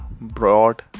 broad